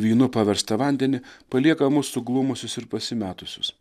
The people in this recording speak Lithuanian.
vynu paverstą vandenį palieka mus suglumusius ir pasimetusius